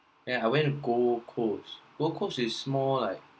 then I went to go~ gold coast gold coast is more like